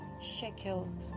shekels